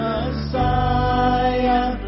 Messiah